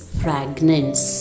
fragments